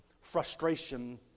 frustration